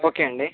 okay అండి